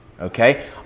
Okay